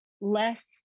less